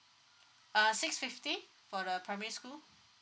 uh six fifty for the primary school